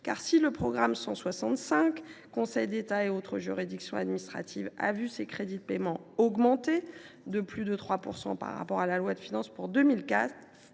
si le programme 165 « Conseil d’État et autres juridictions administratives » voit ses crédits de paiement augmenter de plus de 3 % par rapport à la loi de finances pour 2024,